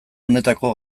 honetako